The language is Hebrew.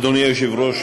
אדוני היושב-ראש,